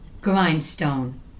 grindstone